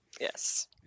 Yes